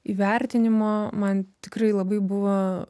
įvertinimo man tikrai labai buvo